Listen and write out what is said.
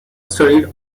studied